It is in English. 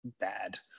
bad